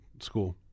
school